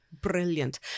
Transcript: Brilliant